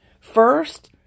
First